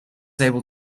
able